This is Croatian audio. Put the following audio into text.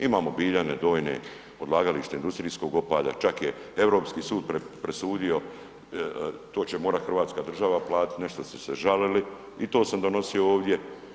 Imamo Biljane donje odlagalište industrijskog otpada čak je Europski sud presudio to će morati Hrvatska država platiti, nešto su se žalili i to sam donosio ovdje.